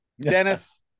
Dennis